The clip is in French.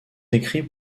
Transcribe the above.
écrits